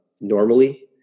normally